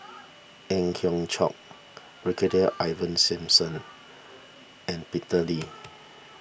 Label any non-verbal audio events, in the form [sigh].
Ang Hiong Chiok Brigadier Ivan Simson [noise] and Peter Lee